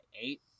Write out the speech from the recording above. eight